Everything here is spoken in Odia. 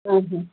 ଓଃ